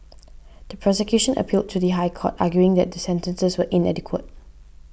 the prosecution appealed to the High Court arguing that the sentences were inadequate